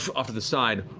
off to the side.